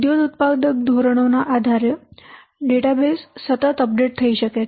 ઉદ્યોગ ઉત્પાદક ધોરણો ના આધારે ડેટા બેઝ સતત અપડેટ થઈ શકે છે